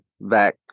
back